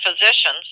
physicians